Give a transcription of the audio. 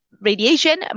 radiation